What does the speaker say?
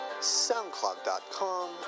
soundcloud.com